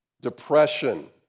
depression